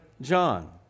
John